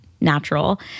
natural